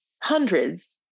hundreds